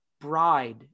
bride